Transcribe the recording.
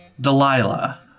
Delilah